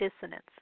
dissonance